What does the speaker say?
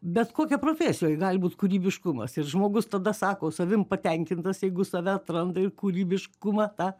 bet kokia profesijoj gali būt kūrybiškumas ir žmogus tada sako savim patenkintas jeigu save atranda ir kūrybiškumą tą